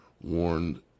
warned